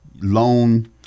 loan